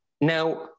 Now